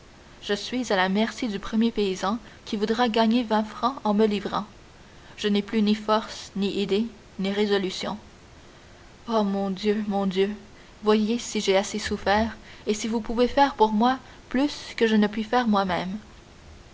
je suis à la merci du premier paysan qui voudra gagner vingt francs en me livrant je n'ai plus ni force ni idée ni résolution ô mon dieu mon dieu voyez si j'ai assez souffert et si vous pouvez faire pour moi plus que je ne puis faire moi-même